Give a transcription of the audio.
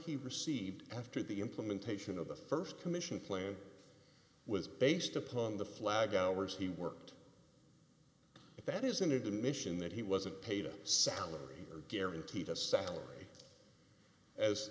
he received after the implementation of the st commission plan was based upon the flag hours he worked at that is an admission that he wasn't paid a salary or guaranteed a salary as